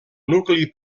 nucli